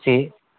same